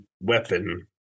weapon